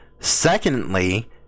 Secondly